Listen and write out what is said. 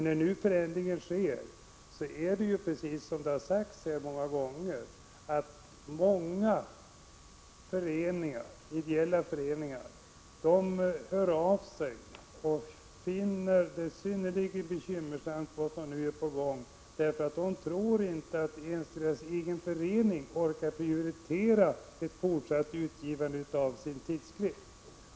När det nu sker en förändring, är det många ideella föreningar som hör av sig och finner det som nu är på gång synnerligen bekymmersamt . De tror inte att de orkar prioritera ett fortsatt utgivande av sin tidskrift.